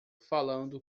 falando